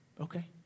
okay